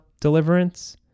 deliverance